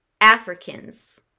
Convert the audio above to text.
Africans